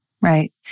Right